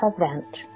event